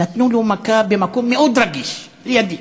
נתנו לו מכה במקום מאוד רגיש, לידי.